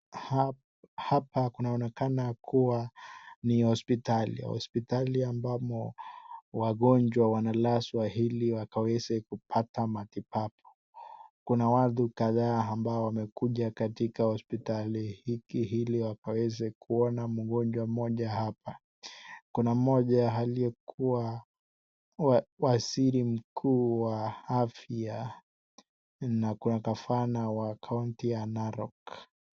Hapa kunaonekana kuwa ni hospitali ,hospitali ambamo wagonjwa wanalazwa ili wakaweze kupata matibabu ,kuna watu kadhaa ambao wamekuja katika hospitali hiki ili wakaweze kuona mgonjwa mmoja hapa, kuna mmoja aliyekuwa waziri mkuu wa afya na kuna gavana wa kaunti ya Narok.